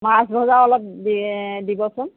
মাছ ভজাও অলপ দি দিবচোন